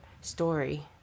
story